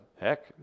Heck